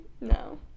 No